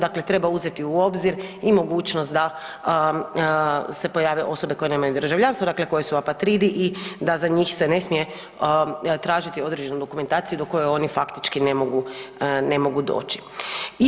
Dakle, treba uzeti u obzir i mogućnost da se pojave osobe koje nemaju državljanstvo, dakle koje su apatridi i da za njih se ne smije tražiti određenu dokumentaciju do koje oni faktički ne mogu, ne mogu doći.